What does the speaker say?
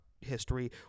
history